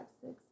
six